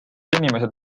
inimesed